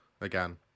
again